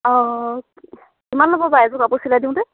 অঁ কিমান ল'ব বাৰু এযোৰ কাপোৰ চিলাই দিওঁতে